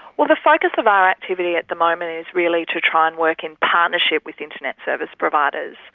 well the focus of our activity at the moment is really to try and work in partnership with internet service providers.